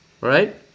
right